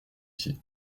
pieds